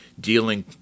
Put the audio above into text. dealing